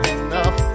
enough